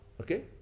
Okay